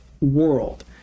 world